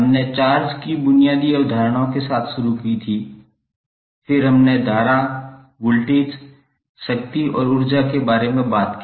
हमने चार्ज की बुनियादी अवधारणाओं के साथ शुरुआत की फिर हमने धारा वोल्टेज शक्ति और ऊर्जा के बारे में बात की